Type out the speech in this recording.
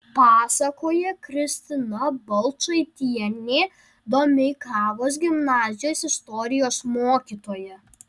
pasakoja kristina balčaitienė domeikavos gimnazijos istorijos mokytoja